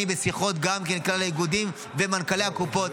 אני בשיחות גם כן עם כלל האיגודים ומנכ"לי הקופות,